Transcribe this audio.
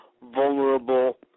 vulnerable